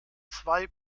zwei